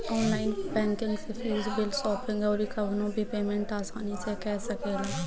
online banking से fees, bill, shopping अउरी कवनो भी पेमेंट आसानी से कअ सकेला